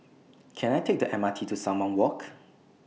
Can I Take The M R T to Sumang Walk